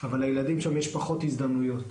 אבל לילדים שם יש פחות הזדמנויות.